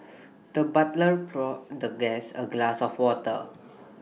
the butler poured the guest A glass of water